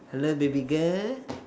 hello baby girl